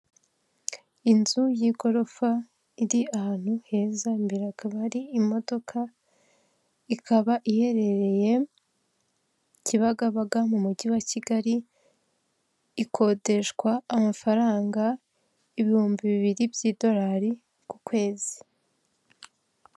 Inzu y'igorofa iri ahantu heza, imbera hakaba hari imodoka, ikaba iherereye Kibagabaga mu mujyi wa Kigali, ikodeshwa amafaranga ibihumbi bibiri by'idolari ku kwezi.